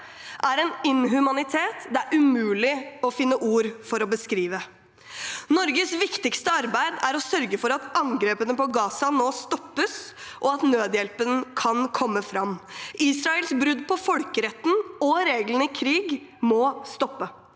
er en inhumanitet som det er umulig å finne ord for å beskrive. Norges viktigste arbeid er å sørge for at angrepene på Gaza nå stoppes, og at nødhjelpen kan komme fram. Israels brudd på folkeretten og reglene i krig må stoppe.